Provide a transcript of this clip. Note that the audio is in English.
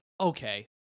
okay